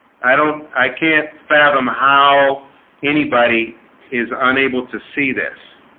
i don't i can't fathom how anybody is unable to see this